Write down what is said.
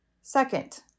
Second